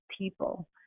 people